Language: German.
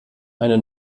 eine